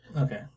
okay